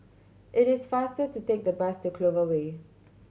it is faster to take the bus to Clover Way